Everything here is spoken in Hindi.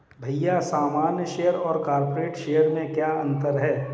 भैया सामान्य शेयर और कॉरपोरेट्स शेयर में क्या अंतर है?